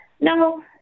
No